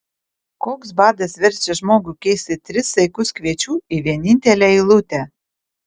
koks badas verčia žmogų keisti tris saikus kviečių į vienintelę eilutę